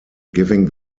giving